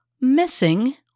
Missing